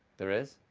there is.